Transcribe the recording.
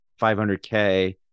500K